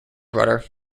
rudder